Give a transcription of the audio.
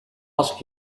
asking